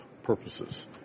purposes